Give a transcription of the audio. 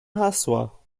hasła